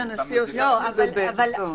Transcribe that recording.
ב-(א)